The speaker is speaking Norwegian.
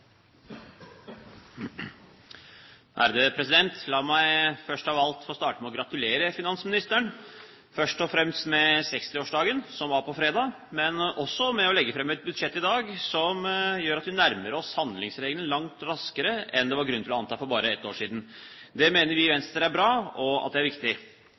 La meg først av alt få starte med å gratulere finansministeren, først og fremst med 60-årsdagen som var på fredag, men også med å legge fram et budsjett i dag som gjør at vi nærmer oss handlingsregelen langt raskere enn det var grunn til å anta for bare ett år siden. Det mener vi i Venstre er bra og at det er viktig.